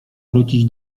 wrócić